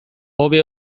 hobe